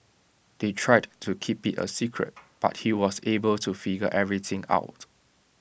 they tried to keep IT A secret but he was able to figure everything out